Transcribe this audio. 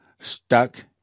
stuck